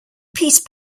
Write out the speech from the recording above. peace